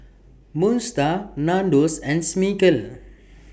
Moon STAR Nandos and Smiggle